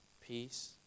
peace